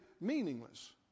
meaningless